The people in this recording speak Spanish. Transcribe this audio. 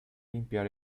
limpiar